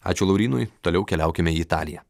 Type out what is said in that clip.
ačiū laurynui toliau keliaukime į italiją